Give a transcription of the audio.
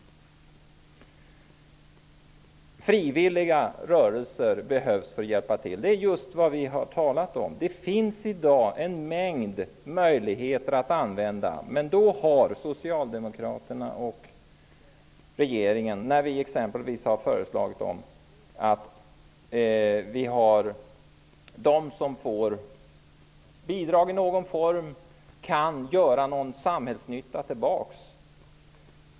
Det sades att det behövs frivilliga rörelser för att hjälpa till. Det är just vad vi har talat om. Det finns i dag en mängd möjligheter att använda. Vi har t.ex. föreslagit att de som får bidrag i någon form skall kunna göra något samhällsnyttigt tillbaks.